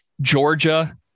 Georgia –